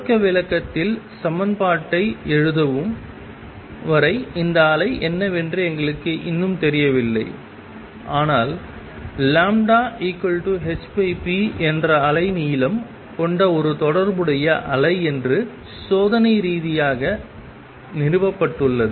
தொடக்க விளக்கத்தில் சமன்பாட்டை எழுதும் வரை இந்த அலை என்னவென்று எங்களுக்கு இன்னும் தெரியவில்லை ஆனால் λ hp என்ற அலைநீளம் கொண்ட ஒரு தொடர்புடைய அலை என்று சோதனை ரீதியாக நிறுவப்பட்டுள்ளது